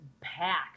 packed